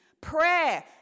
prayer